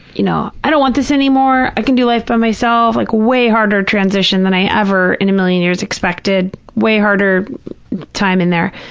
you know, i don't want this anymore, i can do life by myself. like, way harder transition than i ever in a million years expected, way harder time in there,